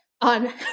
on